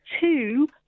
two